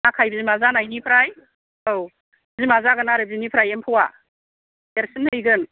आखाइ बिमा जानायनिफ्राय औ बिमा जागोन आरो बिनिफ्राय एम्फौवा देरसिन जाहैगोन